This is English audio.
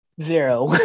Zero